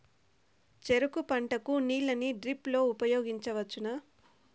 చెరుకు పంట కు నీళ్ళని డ్రిప్ లో ఉపయోగించువచ్చునా?